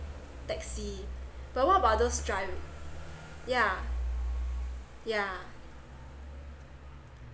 taxi but what about those driv~ yeah yeah